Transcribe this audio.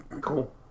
Cool